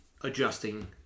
adjusting